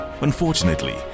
Unfortunately